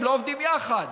הם לא עובדים יחד.